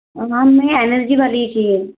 energy वाली ही चाहिए